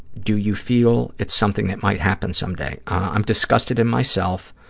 do you feel it's something that might happen someday? i'm disgusted in myself.